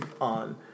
on